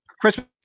Christmas